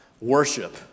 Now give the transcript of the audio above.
worship